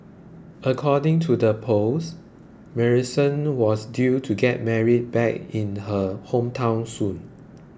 according to the post Marisol was due to get married back in her hometown soon